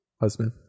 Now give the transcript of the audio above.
husband